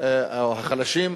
או החלשים.